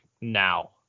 now